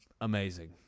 amazing